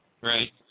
Right